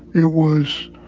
it was,